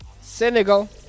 Senegal